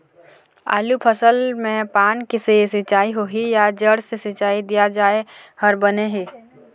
आलू फसल मे पान से सिचाई होही या जड़ से सिचाई दिया जाय हर बने हे?